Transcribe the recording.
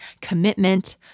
commitment